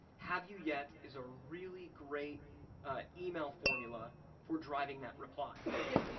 have you yet, is a really great email formula for driving that reply but again,